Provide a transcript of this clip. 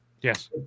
Yes